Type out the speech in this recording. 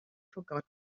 forgotten